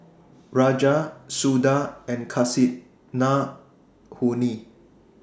Raja Suda and Kasinadhuni